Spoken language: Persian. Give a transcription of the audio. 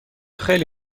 خیلی